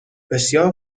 بسیار